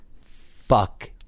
Fuck